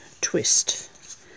twist